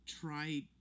try